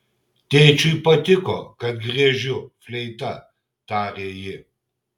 tėčiui patiko kad griežiu fleita tarė ji